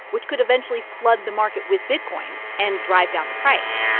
which could eventually flood the market with bitcoin and drive down the price.